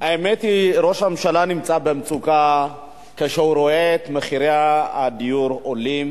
האמת היא שראש הממשלה נמצא במצוקה כשהוא רואה את מחירי הדיור עולים.